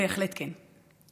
בהחלט כן.